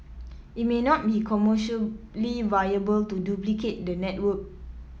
it may not be commercially viable to duplicate the network